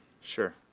Sure